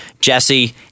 Jesse